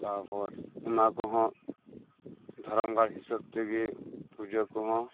ᱛᱟᱯᱚᱨ ᱚᱱᱟ ᱠᱚᱦᱚᱸ ᱫᱷᱚᱨᱚᱢ ᱜᱟᱲ ᱦᱤᱥᱟᱹᱵᱽ ᱛᱮᱜᱮ ᱯᱩᱡᱟᱹ ᱠᱚᱦᱚᱸ